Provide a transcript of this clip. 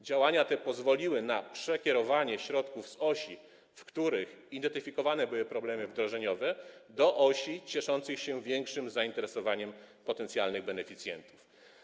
Działania te pozwoliły na przekierowanie środków z osi, w których identyfikowane były problemy wdrożeniowe, do osi cieszących się większym zainteresowaniem potencjalnych beneficjentów.